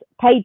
paid